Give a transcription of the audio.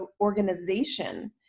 organization